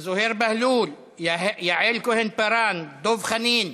זוהיר בהלול, יעל כהן-פארן, דב חנין.